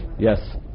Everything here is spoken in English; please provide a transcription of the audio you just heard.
Yes